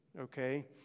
okay